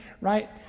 right